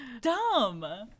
dumb